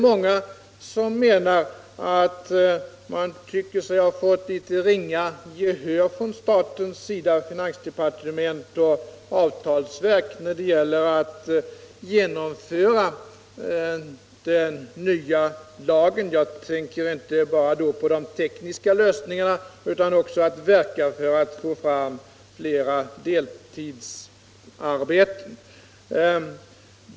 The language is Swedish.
Många menar att man fått ringa gehör från statens sida, finansdepartementet och avtalsverket, när det gäller att genomföra den nya lagen. Jag tänker då inte bara på de tekniska lösningarna utan också på åtgärder för att få fram fler deltidsarbeten.